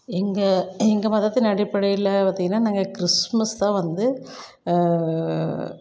எங்கள் எங்கள் மதத்தின் அடிப்படையில் பார்த்திங்கன்னா நாங்கள் கிறிஸ்மஸ் தான் வந்து